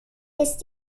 ist